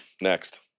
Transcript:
Next